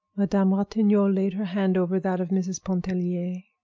madame ratignolle laid her hand over that of mrs. pontellier,